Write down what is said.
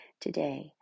today